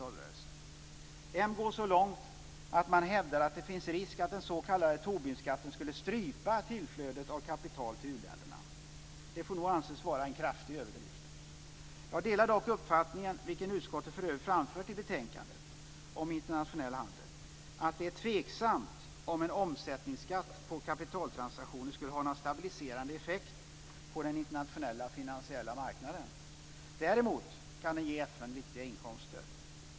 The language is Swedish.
Moderaterna går så långt att de hävdar att det finns risk för att den s.k. Tobinskatten skulle strypa tillflödet av kapital till u-länderna. Det får nog anses vara en kraftig överdrift. Jag delar dock uppfattningen, vilken utskottet för övrigt framfört i betänkandet om internationell handel, att det är tveksamt om en omsättningsskatt på kapitaltransaktioner skulle ha någon stabiliserande effekt på den internationella finansiella marknaden. Däremot kan den ge FN viktiga inkomster.